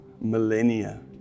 millennia